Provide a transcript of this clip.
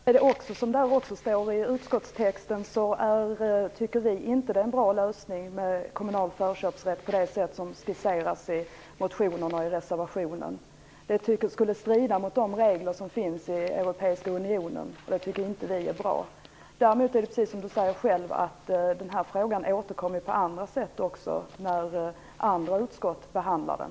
Fru talman! Som det står i utskottstexten tycker vi inte att kommunal förköpsrätt är en bra lösning, åtminstone inte på det sätt som skisseras i motionen och reservationen. Det skulle strida mot reglerna i Europeiska unionen och det tycker inte vi är bra. Precis som Eva Goës säger återkommer vi till den här frågan när andra utskott behandlar den.